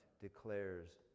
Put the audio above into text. declares